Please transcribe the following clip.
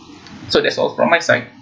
so that's all from my side